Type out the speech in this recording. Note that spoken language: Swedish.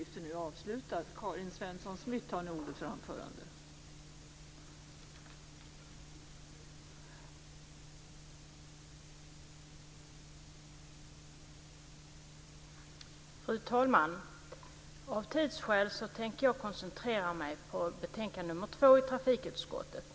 Fru talman! Av tidsskäl tänker jag koncentrera mig på betänkande nr 2 från trafikutskottet.